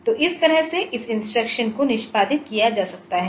तो इस तरह से इस इंस्ट्रक्शन को निष्पादित किया जा सकता है